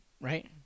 right